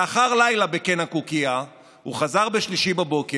אבל לאחר לילה בקן הקוקייה הוא חזר ב-03:00,